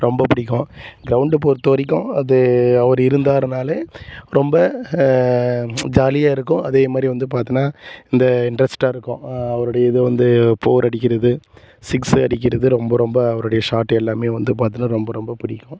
ரொம்ப பிடிக்கும் க்ரௌண்டை பொறுத்த வரைக்கும் அது அவர் இருந்தாருனால் ரொம்ப ஜாலியாக இருக்கும் அதே மாதிரி வந்து பார்த்தினா இந்த இன்ட்ரெஸ்ட்டாக இருக்கும் அவருடைய இதை வந்து ஃபோர் அடிக்கிறது சிக்ஸு அடிக்கிறது ரொம்ப ரொம்ப அவருடைய ஷாட் எல்லாமே வந்து பார்த்தினா ரொம்ப ரொம்ப பிடிக்கும்